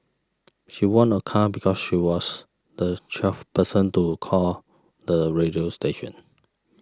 she won a car because she was the twelfth person to call the radio station